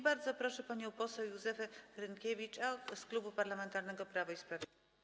Bardzo proszę panią poseł Józefę Hrynkiewicz z Klubu Parlamentarnego Prawo i Sprawiedliwość.